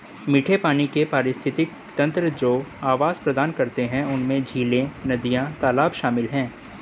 मीठे पानी के पारिस्थितिक तंत्र जो आवास प्रदान करते हैं उनमें झीलें, नदियाँ, तालाब शामिल हैं